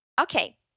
Okay